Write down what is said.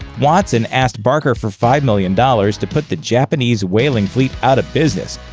watson asked barker for five million dollars to put the japanese whaling fleet out of business,